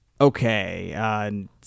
Okay